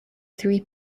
three